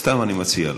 סתם אני מציע לך.